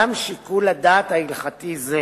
גם שיקול דעת הלכתי זה